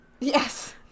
yes